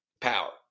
Power